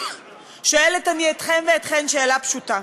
שואלת אני אתכם ואתכן שאלה פשוטה: